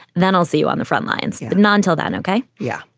then i'll see you on the front lines. but non-taliban, ok? yeah.